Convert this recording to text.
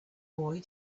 boy